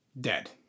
Dead